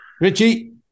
Richie